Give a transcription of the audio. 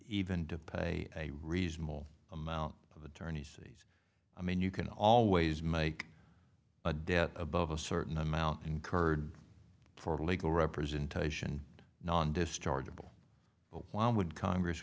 even to pay a reasonable amount of attorney's fees i mean you can always make a debt above a certain amount incurred for legal representation non dischargeable why would congress